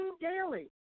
daily